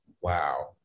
Wow